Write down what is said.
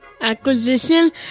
acquisition